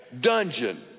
dungeon